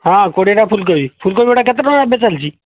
ହଁ କୋଡ଼ିଏଟା ଫୁଲକୋବି ଫୁଲକୋବି ଗୁଡ଼ା କେତେ ଟଙ୍କା ଏବେ ଚାଲିଛି